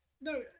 No